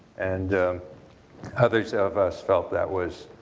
and others of us felt that was,